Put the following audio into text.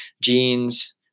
jeans